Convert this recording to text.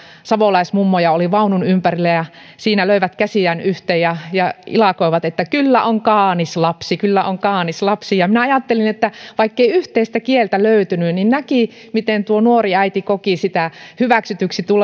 savolaismummoja oli vaunujen ympärillä ja siinä löivät käsiään yhteen ja ja ilakoivat että kyllä on kaanis lapsi kyllä on kaanis lapsi minä ajattelin että vaikkei yhteistä kieltä löytynyt niin näki miten tuo nuori äiti koki hyväksytyksi